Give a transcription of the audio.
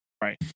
Right